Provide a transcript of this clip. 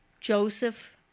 Joseph